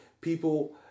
people